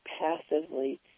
passively